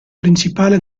principale